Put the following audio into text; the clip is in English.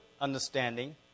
understanding